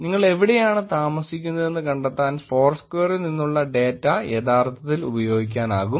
നിങ്ങൾ എവിടെയാണ് താമസിക്കുന്നതെന്ന് കണ്ടെത്താൻ ഫോർസ്ക്വയറിൽ നിന്നുള്ള ഡാറ്റ യഥാർത്ഥത്തിൽ ഉപയോഗിക്കാനാകും